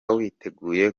witegeye